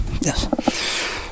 yes